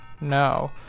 no